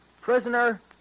Prisoner